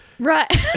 Right